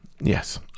Yes